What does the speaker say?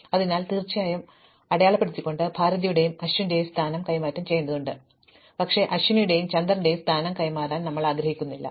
അതിനാൽ തീർച്ചയായും ഇത് അടയാളപ്പെടുത്തിക്കൊണ്ട് ഭാരതിയുടെയും അശ്വിന്റെയും സ്ഥാനം കൈമാറ്റം ചെയ്യേണ്ടതുണ്ട് പക്ഷേ അശ്വിനിയുടെയും ചന്ദറിന്റെയും സ്ഥാനം കൈമാറാൻ ഞങ്ങൾ ആഗ്രഹിക്കുന്നില്ല